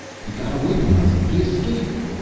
he got away from us! he escaped!